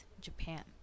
Japan